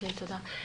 תודה.